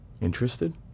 Interested